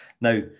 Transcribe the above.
Now